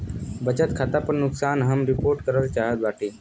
बचत खाता पर नुकसान हम रिपोर्ट करल चाहत बाटी